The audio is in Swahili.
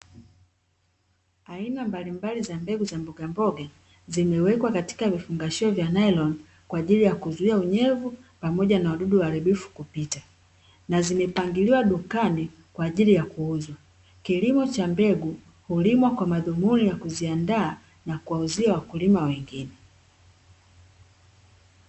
Aina mbalimbali za mbegu za mbogamboga zimewekwa katika vifungashio vya nailoni kwa ajili ya kuzuia unyevu pamoja na wadudu waharibifu kupita, na zimepangiliwa dukani kwa ajili ya kuuzwa. Kilimo cha mbegu hulimwa kwa dhumuni ya kuziandaa na kuwauzia wakulima wengine.